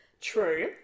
True